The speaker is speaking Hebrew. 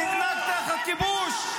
-- שנאנק תחת כיבוש.